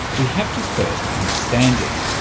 we have to first understand it.